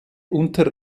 unter